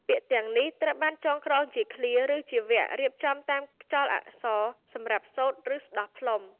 ពាក្យទាំងនេះត្រូវបានចងក្រងជាឃ្លា ឬជាវគ្គ រៀបចំតាមខ្យល់អក្សរ សម្រាប់សូត្រ ឬស្ដោះផ្លុំ។